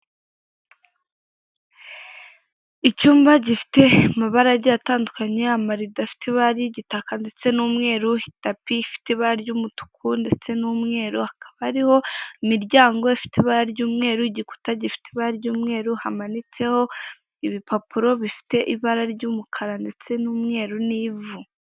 Icyumba gifite amabara agiye atandukanye, amarido afite ibari gitaka ndetse n'umweru, tapi ifite ibara ry'umutuku ndetse n'umweru hakaba hariho imiryango ifite ibara ry'umweru, igikuta gifite ibara ry'umweru hamanitseho ibipapuro bifite ibara ry'umukara ndetse n'umweru n'ivu.